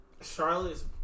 Charlotte's